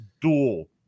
duel